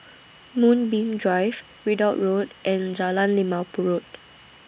Moonbeam Drive Ridout Road and Jalan Limau Purut